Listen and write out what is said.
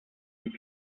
die